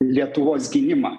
lietuvos gynimą